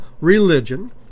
religion